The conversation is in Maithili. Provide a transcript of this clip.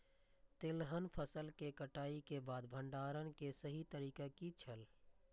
तेलहन फसल के कटाई के बाद भंडारण के सही तरीका की छल?